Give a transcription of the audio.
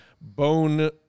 bone